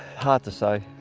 hard to say,